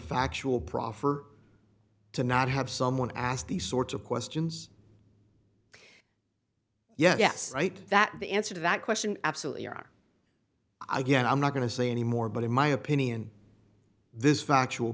factual proffer to not have someone ask these sorts of questions yes right that the answer to that question absolutely are i guess i'm not going to say any more but in my opinion this factual